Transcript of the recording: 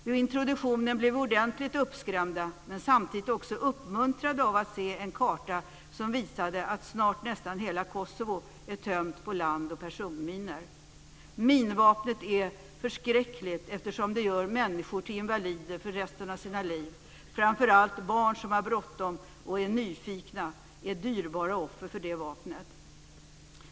Vid introduktionen blev vi ordentligt uppskrämda, men samtidigt också uppmuntrade över att se en karta som visade att snart nästan hela Kosovo är tömt på landoch personminor. Minvapnet är förskräckligt eftersom det gör människor till invalider för resten av sina liv. Framför allt barn som har bråttom och är nyfikna är dyrbara offer för detta vapen.